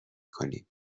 کنیم